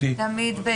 אני רוצה לומר,